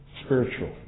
spiritual